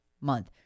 month